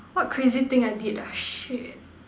what crazy thing I did ah shit